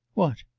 what?